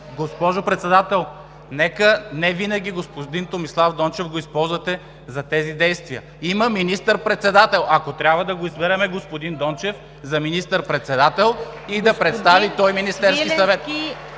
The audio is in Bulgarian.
Госпожо Председател, невинаги господин Томислав Дончев го използвайте за тези действия! Има министър-председател. Ако трябва – да го изберем господин Дончев за министър-председател и да представи той Министерския съвет.